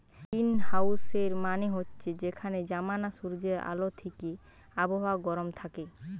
গ্রীনহাউসের মানে হচ্ছে যেখানে জমানা সূর্যের আলো থিকে আবহাওয়া গরম থাকে